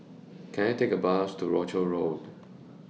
Can I Take A Bus to Rochor Road